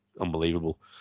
unbelievable